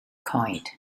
coed